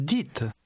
Dites